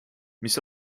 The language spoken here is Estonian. mis